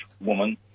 woman